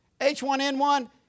H1N1